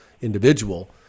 individual